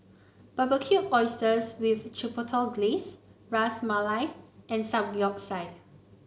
Barbecued Oysters with Chipotle Glaze Ras Malai and Samgyeopsal